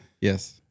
Yes